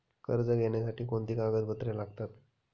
कर्ज घेण्यासाठी कोणती कागदपत्रे लागतात?